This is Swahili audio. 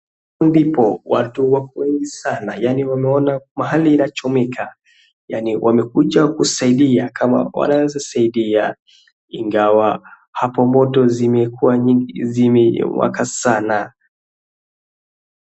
Ndopi watu wako wengi sana yani wameona mahali inachomeka yaani wamekuja kusaidia kama wanaweza saidia ingawa hapo moto zimewaka sana.